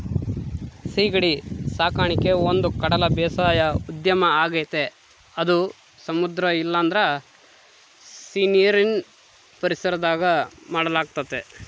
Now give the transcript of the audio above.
ಸೀಗಡಿ ಸಾಕಣಿಕೆ ಒಂದುಕಡಲ ಬೇಸಾಯ ಉದ್ಯಮ ಆಗೆತೆ ಅದು ಸಮುದ್ರ ಇಲ್ಲಂದ್ರ ಸೀನೀರಿನ್ ಪರಿಸರದಾಗ ಮಾಡಲಾಗ್ತತೆ